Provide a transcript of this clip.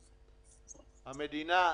המדינה,